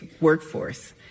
workforce